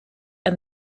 and